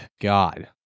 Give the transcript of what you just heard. God